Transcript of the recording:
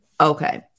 okay